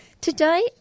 Today